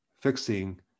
fixing